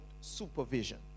supervision